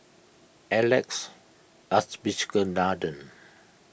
Alex Abisheganaden